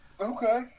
Okay